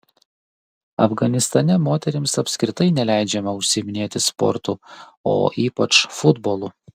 afganistane moterims apskritai neleidžiama užsiiminėti sportu o ypač futbolu